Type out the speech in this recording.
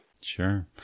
Sure